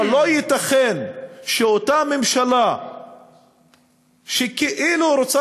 אבל לא ייתכן שאותה ממשלה שכאילו רוצה